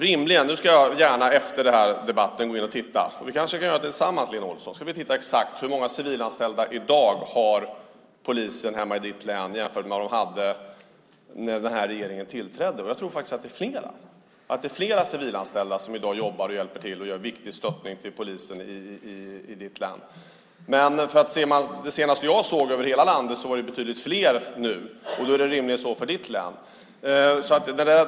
Jag ska gärna efter den här debatten gå in och titta - vi kanske kan göra det tillsammans, Lena Olsson - exakt hur många civilanställda polisen i dag har hemma i ditt län jämfört med hur många de hade när den här regeringen tillträdde. Jag tror faktiskt att det är fler civilanställda som i dag jobbar, hjälper till och ger viktig stöttning till polisen i ditt län. Enligt de senaste uppgifter jag såg för hela landet är det betydligt fler nu, och då är det rimligen så också för ditt län.